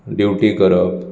duty करप